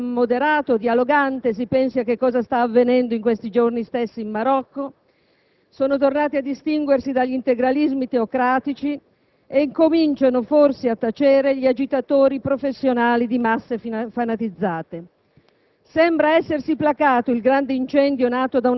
Ora sono tornate a distinguersi le voci dell'Islam moderato, dialogante (si pensi a che cosa sta avvenendo in questi giorni stessi in Marocco); sono tornate a distinguersi dagli integralismi teocratici e incominciano forse a tacere gli agitatori professionali di masse fanatizzate.